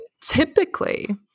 typically